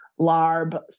larb